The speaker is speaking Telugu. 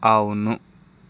అవును